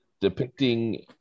depicting